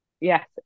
Yes